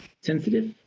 sensitive